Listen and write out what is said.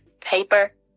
paper